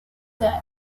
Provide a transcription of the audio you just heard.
died